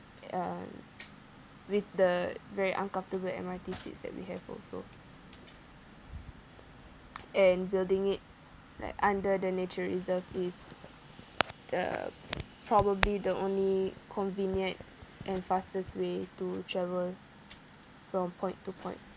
um with the very uncomfortable M_R_T seats that we have also and building it like under the nature reserve is the probably the only convenient and fastest way to travel from point to point